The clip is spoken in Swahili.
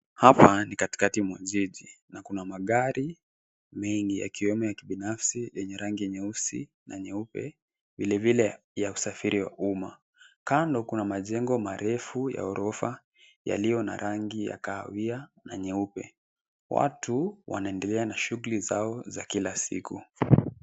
Hapa ni katikati mwa jiji na kuna magari mengi yakiwemo ya kibinafsi yenye rangi nyeusi na nyeupe ya usafiri wa umma. Kando kuna majego marefu ya gorofa yaliyo na rangi ya kahawia na nyeupe ,watu wanaendelea na shuguli zao za kila siku.